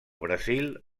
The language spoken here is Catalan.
brasil